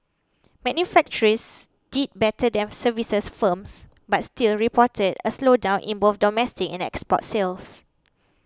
manufacturers did better than services firms but still reported a slowdown in both domestic and export sales